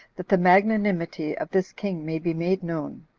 that the magnanimity of this king may be made known.